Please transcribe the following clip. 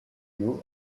you